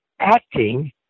acting